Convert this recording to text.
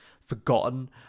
forgotten